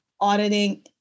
auditing